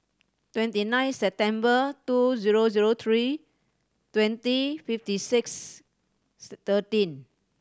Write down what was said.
twenty nine September two zero zero three twenty fifty six thirteen